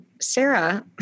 Sarah